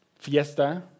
Fiesta